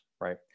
right